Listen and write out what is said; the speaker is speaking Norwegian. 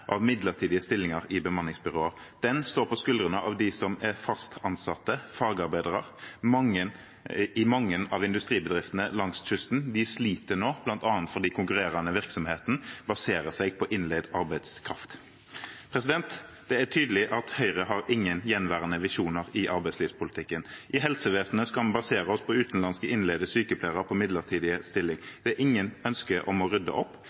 midlertidige stillinger i bemanningsbyråer. Den står på skuldrene til dem som er fast ansatte fagarbeidere i mange av industribedriftene langs kysten. De sliter nå, bl.a. fordi den konkurrerende virksomheten baserer seg på innleid arbeidskraft. Det er tydelig at Høyre har ingen gjenværende visjoner i arbeidslivspolitikken. I helsevesenet skal vi basere oss på utenlandske innleide sykepleiere i midlertidige stillinger. Det er ingen ønsker om å rydde opp.